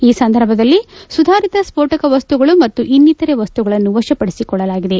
ಈ ಸಂದರ್ಭದಲ್ಲಿ ಸುಧಾರಿತ ಸ್ಪೋಟಕ ವಸ್ತುಗಳು ಮತ್ತು ಇನ್ನಿತರೆ ವಸ್ತುಗಳನ್ನು ವಶಪಡಿಸಿಕೊಳ್ಳಲಾಗಿದೆ